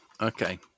Okay